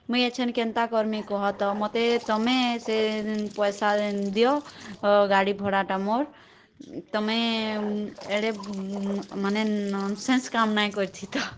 ମୁଇଁ ଏଛେନ୍ କେନ୍ତା କର୍ମି କହତ ମୋତେ ତୁମେ ସେ ପଇସା ଦିଅ ଅ ଗାଡ଼ି ଭଡ଼ା ଟା ମୋର୍ ତୁମେ ଏଡ଼େ ମାନେ ନନସେନ୍ସ କାମ୍ ନାଇଁ କରଥିତ